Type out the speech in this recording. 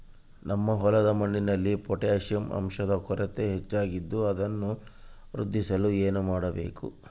ನಮ್ಮ ಹೊಲದ ಮಣ್ಣಿನಲ್ಲಿ ಪೊಟ್ಯಾಷ್ ಅಂಶದ ಕೊರತೆ ಹೆಚ್ಚಾಗಿದ್ದು ಅದನ್ನು ವೃದ್ಧಿಸಲು ಏನು ಮಾಡಬೇಕು?